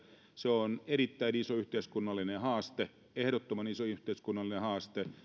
se on erittäin iso yhteiskunnallinen haaste ehdottoman iso yhteiskunnallinen haaste